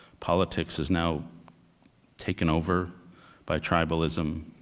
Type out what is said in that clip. politics has now taken over by tribalism.